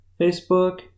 Facebook